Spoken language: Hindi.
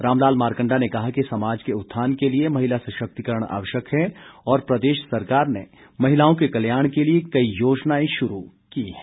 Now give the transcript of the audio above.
रामलाल मारकंडा ने कहा कि समाज के उत्थान के लिए महिला सशक्तिकरण आवश्यक है और प्रदेश सरकार ने महिलाओं के कल्याण के लिए कई योजनाएं शुरू की है